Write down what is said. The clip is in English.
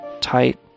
tight